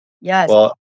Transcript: Yes